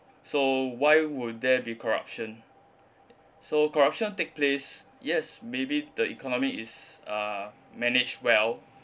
so why would there be corruption so corruption take place yes maybe the economy is uh managed well